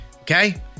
okay